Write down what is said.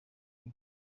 iwe